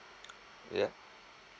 yeah